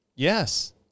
Yes